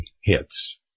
hits